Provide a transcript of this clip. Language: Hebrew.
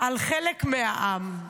על חלק מהעם.